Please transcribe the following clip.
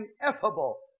ineffable